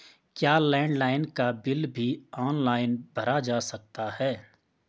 क्या लैंडलाइन का बिल भी ऑनलाइन भरा जा सकता है?